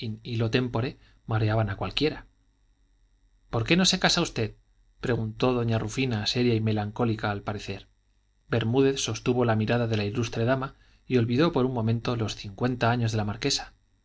in illo tempore mareaban a cualquiera por qué no se casa usted preguntó doña rufina seria y melancólica al parecer bermúdez sostuvo la mirada de la ilustre dama y olvidó por un momento los cincuenta años de la marquesa